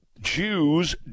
Jews